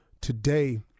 Today